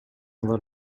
алар